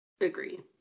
Agree